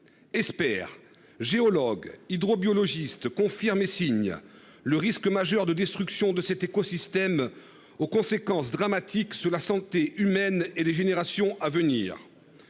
espère géologue hydro-biologiste confirme et signe le risque majeur de destruction de cet écosystème. Aux conséquences dramatiques sur la santé humaine et les générations à venir.